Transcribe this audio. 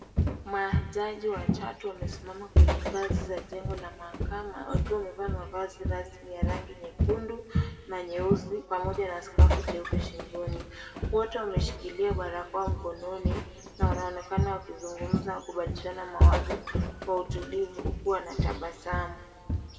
Majaji watatu wamesimama kwenye ngazi za jengo la mahakama wakiwa wamevaa mavazi rasmi ya rangi nyekundu, na nyeusi pamoja na skafu jeupe shingoni. Wote wameshikilia barakoa mkononi, na wanaonekana wakizungumza kubadilishana mawazo, kwa utulivu huku wanatabasamu.